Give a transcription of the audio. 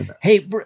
Hey